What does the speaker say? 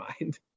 mind